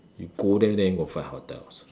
you go there then you go and find hotels